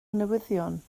newyddion